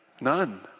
None